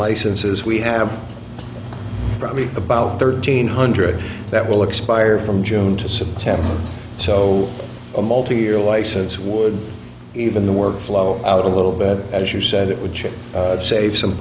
licenses we have probably about thirteen hundred that will expire from june to september so a multi year license would even the workflow out a little bit as you said it would chip save some